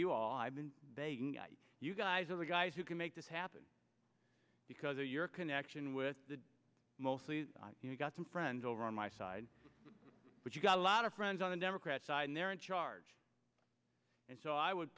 you all i've been you guys are the guys who can make this happen because of your connection with the mostly you got some friends over on my side but you've got a lot of friends on the democrat side and they're in charge and so i would